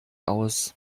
aus